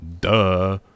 duh